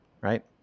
Right